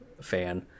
fan